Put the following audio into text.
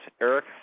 Eric